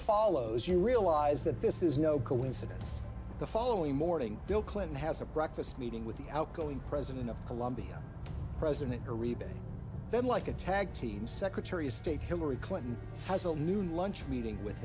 follows you realize that this is no coincidence the following morning bill clinton has a breakfast meeting with the outgoing president of colombia president uribe then like a tag team secretary of state hillary clinton has a new lunch meeting with